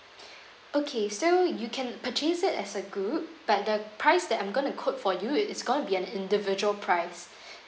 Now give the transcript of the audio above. okay so you can purchase it as a group but the price that I'm going to quote for you it's going to be an individual price